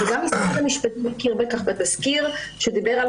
וגם משרד המשפטים הכיר בכך בתזכיר שדיבר על